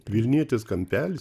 vilnietės kampelis